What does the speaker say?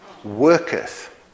worketh